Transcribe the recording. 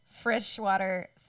freshwater